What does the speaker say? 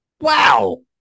Wow